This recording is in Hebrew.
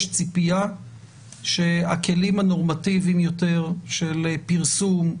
יש ציפייה שהכלים הנורמטיביים יותר של פרסום,